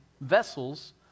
vessels